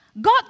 God